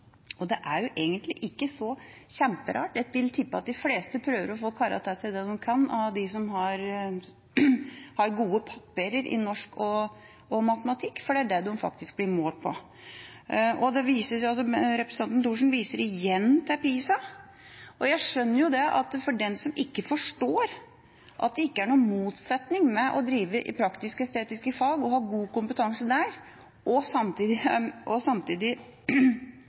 fleste prøver å få karret til seg dem de kan, av dem som har gode papirer i norsk og matematikk, for det er de fagene en faktisk blir målt på. Representanten Thorsen viser igjen til PISA. Jeg forstår jo at de som ikke forstår at det ikke er noen motsetning mellom å drive med praktisk-estetiske fag, ha god kompetanse i det og samtidig være god i matematikk, og